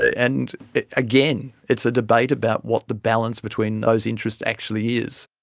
and again it's a debate about what the balance between those interests actually is.